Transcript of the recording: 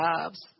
jobs